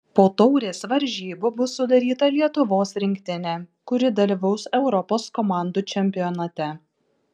po taurės varžybų bus sudaryta lietuvos rinktinė kuri dalyvaus europos komandų čempionate